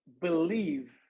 believe